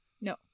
No